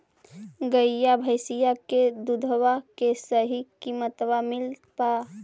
गईया भैसिया के दूधबा के सही किमतबा मिल पा?